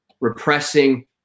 repressing